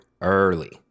early